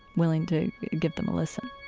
willing to give them a listen